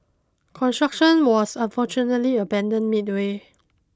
construction was unfortunately abandoned midway